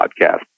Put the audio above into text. podcast